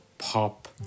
pop